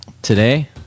today